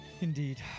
Indeed